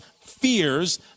fears